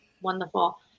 Wonderful